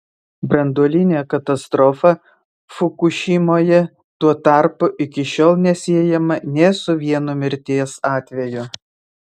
branduolinė katastrofa fukušimoje tuo tarpu iki šiol nesiejama nė su vienu mirties atveju